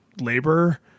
labor